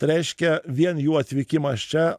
tai reiškia vien jų atvykimas čia